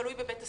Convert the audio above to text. תלוי בבית הספר.